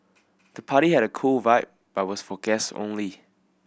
the party had cool vibe but was for guest only